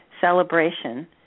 celebration